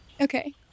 Okay